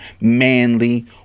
manly